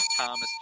thomas